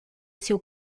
seu